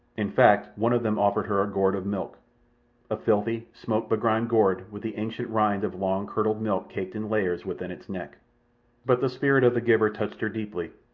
in fact, one of them offered her a gourd of milk a filthy, smoke-begrimed gourd, with the ancient rind of long-curdled milk caked in layers within its neck but the spirit of the giver touched her deeply,